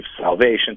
salvation